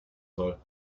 soll